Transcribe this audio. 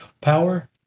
power